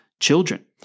children